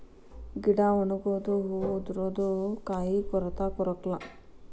ಗಿಡಾ ಒಣಗುದು ಹೂ ಉದರುದು ಕಾಯಿ ಕೊರತಾ ಕೊರಕ್ಲಾ